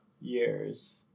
years